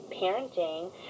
parenting